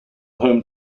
home